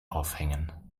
aufhängen